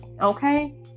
okay